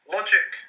Logic